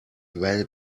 well